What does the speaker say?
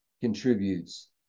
contributes